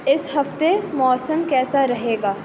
اس ہفتے موسم کیسا رہے گا